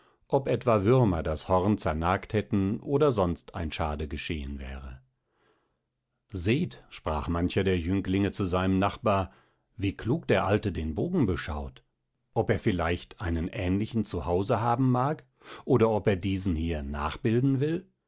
ob etwa würmer das horn zernagt hätten oder sonst ein schade geschehen wäre seht sprach mancher der jünglinge zu seinem nachbar wie klug der alte den bogen beschaut ob er vielleicht einen ähnlichen zu hause haben mag oder ob er diesen hier nachbilden will